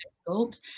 difficult